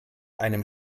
einem